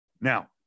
Now